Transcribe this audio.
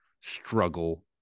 struggle